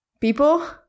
people